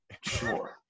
Sure